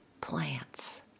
plants